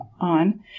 on